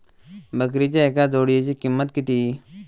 बकरीच्या एका जोडयेची किंमत किती?